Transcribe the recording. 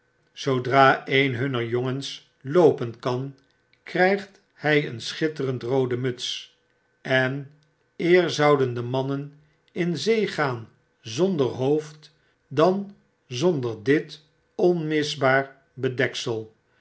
zoodra een hunner jongens loopen kan krygt hjj een schitterend roode muts en eer zouaen de mannen in zee gaan zonder hoofd dan zonder dit onmisbaar bedeksel